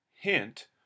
Hint